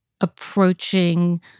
approaching